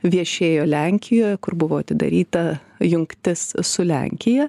viešėjo lenkijoj kur buvo atidaryta jungtis su lenkija